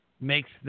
makes